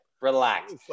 Relax